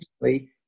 recently